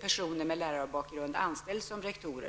personer med lärarbakgrund anställs som rektorer?